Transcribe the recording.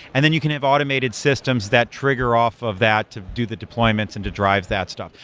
and then you can have automated systems that trigger off of that to do the deployments and to drive that stuff.